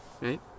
Right